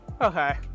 okay